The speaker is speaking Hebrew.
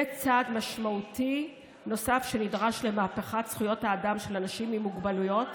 זה צעד משמעותי נוסף שנדרש במהפכת זכויות האדם של אנשים עם מוגבלויות,